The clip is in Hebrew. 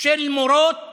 של מורות